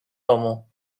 domu